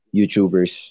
YouTubers